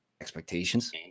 expectations